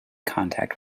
contact